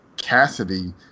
Cassidy